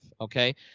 okay